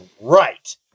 right